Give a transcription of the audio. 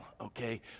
okay